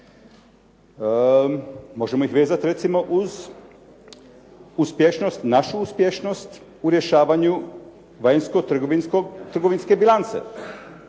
možemo ih vezati uz uspješnost, našu uspješnost u rješavanju vanjskotrgovinske bilance.